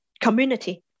community